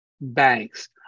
Banks